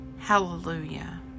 Hallelujah